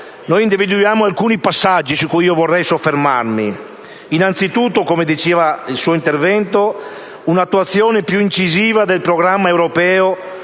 Noi individuiamo alcuni passaggi su cui vorrei soffermarmi. Innanzitutto, come diceva nel suo intervento, occorre un'attuazione più incisiva del programma europeo